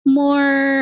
more